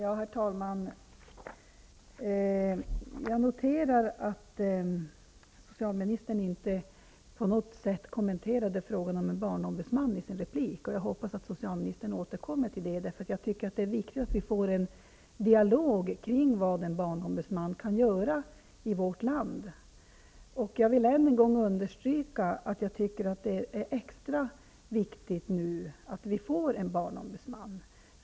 Herr talman! Jag noterar att socialministern inte i sin replik på något sätt kommenterade frågan om en barnombudsman, och jag hoppas att socialministern återkommer till den frågan. Jag tycker att det är viktigt att vi får en dialog kring vad en barnombudsman kan göra i vårt land. Och jag vill ännu en gång understryka att jag tycker att det är extra viktigt nu att vi får en barnombudsman.